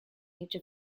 each